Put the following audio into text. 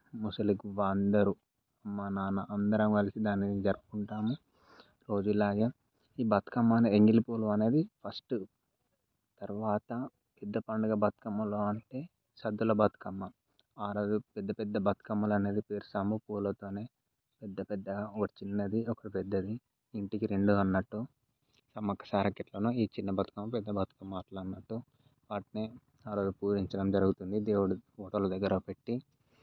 ముసలిగువ్వ అందరు అమ్మ నాన్న అందరం కలిసి దానిని జరుపుకుంటాము రోజూలాగే బతుకమ్మను ఎంగిలిపూలు అనేది ఫస్ట్ తర్వాత పెద్ద పండగ బతుకమ్మ లోనిది సద్దల బతుకమ్మ ఆరోజు పెద్ద పెద్ద బతుకమ్మలనేది పేరుస్తాము పూలతోని పెద్దపెద్ద ఒక చిన్నది ఒక పెద్దది ఇంటికి రెండు అన్నట్టు సమ్మక్క సారక్క ఎట్టనో ఈ చిన్న బతుకమ్మ పెద్ద బతుకమ్మ అట్లా అన్నట్టు వాటిని ఆరోజు పూజించడం జరుగుతుంది దేవుడు ఫోటోల దగ్గర పెట్టి